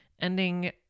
ending